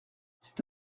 c’est